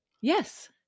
Yes